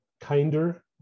kinder